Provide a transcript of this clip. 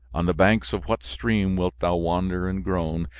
on the banks of what stream wilt thou wander and groan?